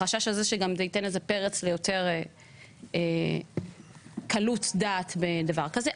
החשש שזה גם ייתן איזה פרץ ליותר קלות דעת בדבר כזה,